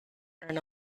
earn